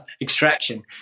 Extraction